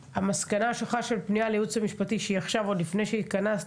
המסקנה שלך של פנייה לייעוץ המשפטי שהיא עכשיו עוד לפני שהתכנסת,